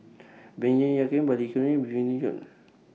Baey Yam Keng Balli Kaur Jun